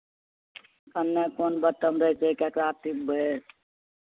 केन्नऽ कोन बटन रहै छै ककरा टिपबै